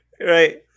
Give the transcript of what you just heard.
Right